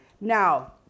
Now